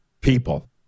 people